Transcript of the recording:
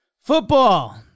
Football